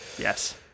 Yes